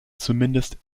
zumindest